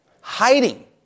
Hiding